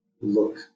look